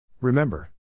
Remember